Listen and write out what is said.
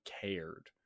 cared